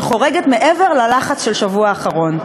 שחורגת מעבר ללחץ של שבוע אחרון.